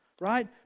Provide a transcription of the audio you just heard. Right